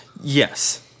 Yes